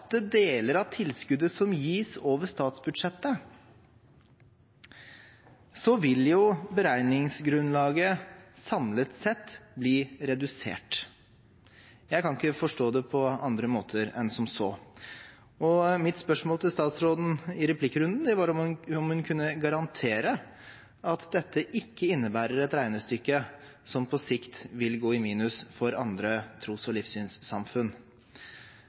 deler av tilskuddet som gis over statsbudsjettet, vil jo beregningsgrunnlaget samlet sett bli redusert. Jeg kan ikke forstå det på andre måter enn som så. Mitt spørsmål til statsråden i replikkrunden var om hun kunne garantere at dette ikke innebærer et regnestykke som på sikt vil gå i minus for andre tros- og livssynssamfunn.